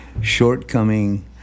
shortcoming